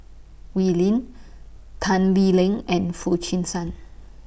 Wee Lin Tan Lee Leng and Foo Chee San